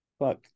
fuck